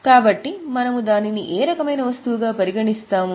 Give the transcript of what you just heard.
కాబట్టి మనము దానిని ఏ రకమైన వస్తువుగా పరిగణిస్తాము